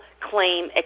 claim